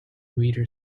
reader